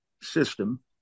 system